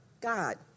God